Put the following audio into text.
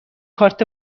کارت